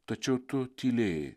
tačiau tu tylėjai